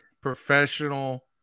professional